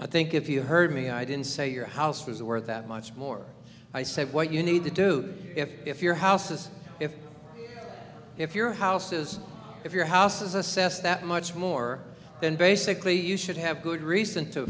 i think if you heard me i didn't say your house was worth that much more i said what you need to do if if your house is if if your house is if your house is assessed that much more than basically you should have good reason to